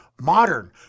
Modern